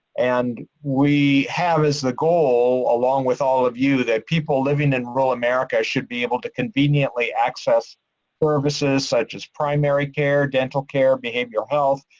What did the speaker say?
and we have as the goal, along with all of you, that people living in rural america should be able to conveniently access services such as primary care, dental care, behavioral health,